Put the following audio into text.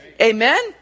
Amen